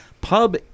pub